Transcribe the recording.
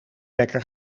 wekker